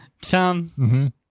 Tom